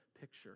picture